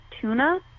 tuna